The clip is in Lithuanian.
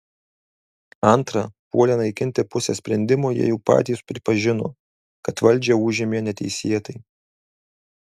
antra puolę naikinti pusę sprendimo jie jau patys pripažino kad valdžią užėmė neteisėtai